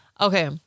Okay